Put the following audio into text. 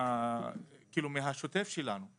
מהשוטף שלנו.